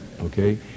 Okay